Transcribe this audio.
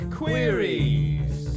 queries